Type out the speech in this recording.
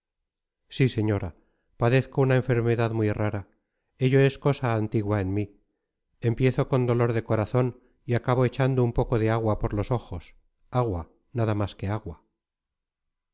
sí señora padezco una enfermedad muy rara ello es cosa antigua en mí empiezo con dolor de corazón y acabo echando un poco de agua por los ojos agua nada más que agua